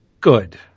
good